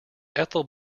ethel